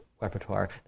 repertoire